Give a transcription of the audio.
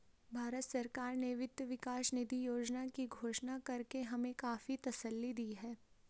भारत सरकार ने वित्त विकास निधि योजना की घोषणा करके हमें काफी तसल्ली दी है